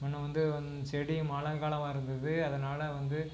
முன்ன வந்து வந் செடி மழை காலமாக இருந்தது அதனால் வந்து